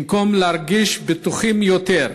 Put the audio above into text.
במקום להרגיש בטוחים יותר,